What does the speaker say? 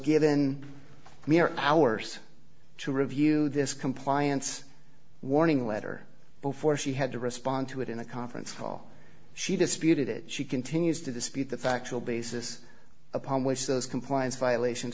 given mere hours to review this compliance warning letter before she had to respond to it in a conference call she disputed it she continues to dispute the factual basis upon which those compliance violations